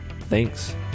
Thanks